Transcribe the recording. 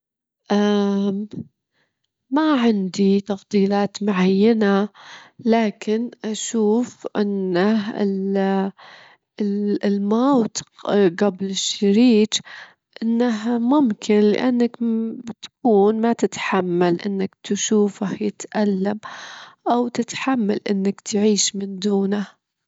أفضل الهدايا، في عيد الميلاد لو أحد يجيب- يجيب لي هدية لأن الهدية فيها مشاعر واهتمام وتحس إن الشخص يجدرك ويهديك ويعبر عن ذوقه فيك، أما الفلوس ممكن تروح في أشيا عادية.